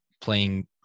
playing